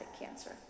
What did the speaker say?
cancer